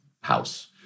house